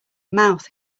mouth